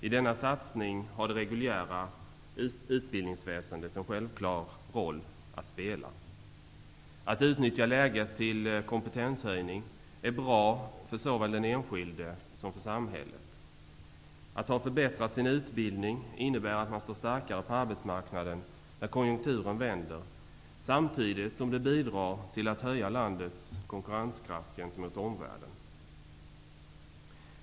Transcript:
I denna satsning har det reguljära utbildningsväsendet en självklar roll att spela. Att utnyttja läget till kompetenshöjning är bra såväl för den enskilde som för samhället. Att ha förbättrat sin utbildning innebär att man står starkare på arbetsmarknaden när konjunkturen vänder, samtidigt som det bidrar till att höja landets konkurrenskraft gentemot omvärlden.